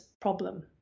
problem